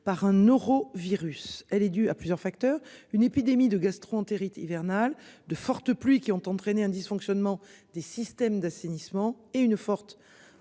par un euro virus elle est due à plusieurs facteurs, une épidémie de gastro-entérite hivernale de fortes pluies qui ont entraîné un dysfonctionnement. Des systèmes d'assainissement et une forte